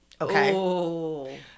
Okay